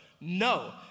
No